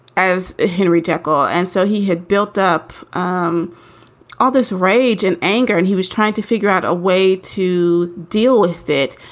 as ah henry jekyll and so he had built up um all this rage and anger and he was trying to figure out a way to deal with it.